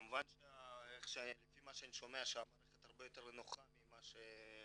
כמובן שאני שומע שהמערכת הרבה יותר נוחה ממה ש-